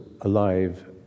alive